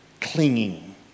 clinging